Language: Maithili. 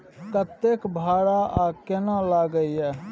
कतेक भाड़ा आ केना लागय ये?